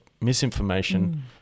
misinformation